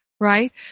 right